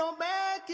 um man.